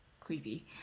creepy